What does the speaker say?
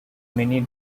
many